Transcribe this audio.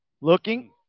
looking